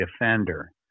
offender